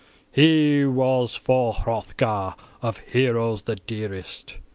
he was for hrothgar of heroes the dearest,